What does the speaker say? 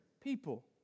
people